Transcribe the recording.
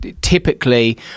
typically